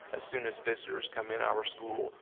a soon as visitors come in our school,